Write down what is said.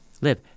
live